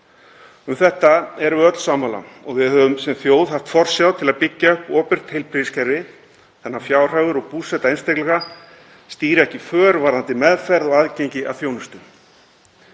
Um það erum við öll sammála og við höfum sem þjóð haft forsjá til að byggja upp opinbert heilbrigðiskerfi þannig að fjárhagur og búseta einstaklinga stýri ekki för varðandi meðferð og aðgengi að þjónustu.